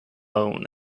loan